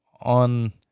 on